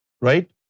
right